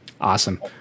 Awesome